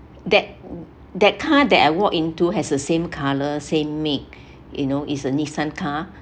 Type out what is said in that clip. that that car that I walk into has the same color same make you know is a Nissan car